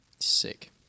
sick